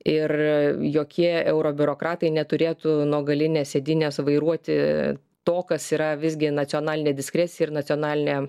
ir jokie euro biurokratai neturėtų nuo galinės sėdynės vairuoti to kas yra visgi nacionalinė diskrecija ir nacionalinė